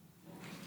ההצבעה.